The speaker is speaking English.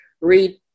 Read